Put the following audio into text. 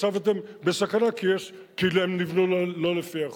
עכשיו אתם בסכנה כי הם נבנו לא לפי החוק.